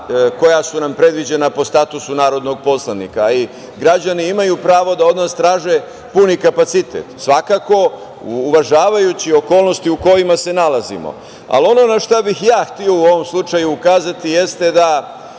koja su nam predviđena po statusu narodnog poslanika. Građani imaju pravo da od nas traže puni kapacitet, svakako uvažavajući okolnosti u kojima se nalazimo. Ono na šta bih ja hteo u ovom slučaju ukazati jeste da